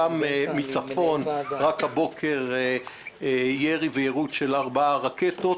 גם מצפון: רק הבוקר ירי ויירוט של ארבע רקטות,